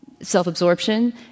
self-absorption